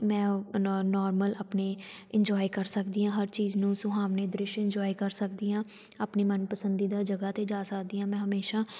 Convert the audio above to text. ਮੈਂ ਓਹ no normal ਆਪਣੇ ਇੰਨਜੋਏ ਕਰ ਸਕਦੀ ਹਾਂ ਹਰ ਚੀਜ਼ ਨੂੰ ਸੁਹਾਵਣੇ ਦ੍ਰਿਸ਼ ਇੰਨਜੋਏ ਕਰ ਸਕਦੀ ਹਾਂ ਆਪਣੇ ਮਨ ਪਸੰਦੀਦਾ ਜਗ੍ਹਾ 'ਤੇ ਜਾ ਸਕਦੀ ਹਾਂ ਮੈਂ ਹਮੇਸ਼ਾਂ